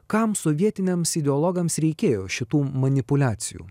kam sovietiniams ideologams reikėjo šitų manipuliacijų